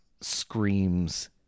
screams